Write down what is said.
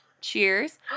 Cheers